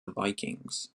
vikings